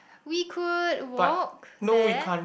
we could walk there